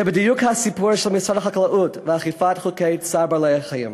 זה בדיוק הסיפור של משרד החקלאות ואכיפת חוקי צער בעלי-חיים.